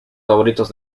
favoritos